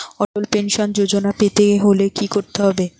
অটল Pension Yojana পেতে হলে কি করতে হবে?